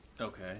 Okay